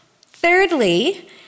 Thirdly